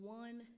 one